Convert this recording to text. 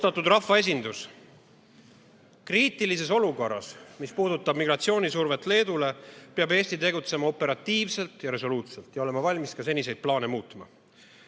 Austatud rahvaesindus! Kriitilises olukorras, mis puudutab migratsioonisurvet Leedule, peab Eesti tegutsema operatiivselt ja resoluutselt ning olema valmis ka seniseid plaane muutma.